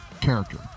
character